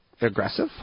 aggressive